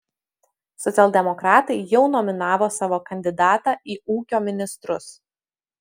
socialdemokratai jau nominavo savo kandidatą į ūkio ministrus